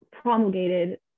promulgated